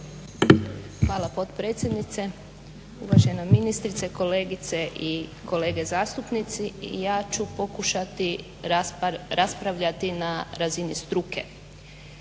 Hvala potpredsjednice, uvažena ministrice, kolegice i kolege zastupnici. Ja ću pokušati raspravljati na razini struke.